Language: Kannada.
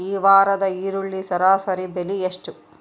ಈ ವಾರದ ಈರುಳ್ಳಿ ಸರಾಸರಿ ಬೆಲೆ ಎಷ್ಟು?